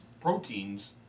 proteins